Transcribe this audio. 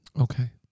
Okay